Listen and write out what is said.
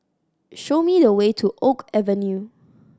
show me the way to Oak Avenue